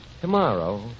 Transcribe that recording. tomorrow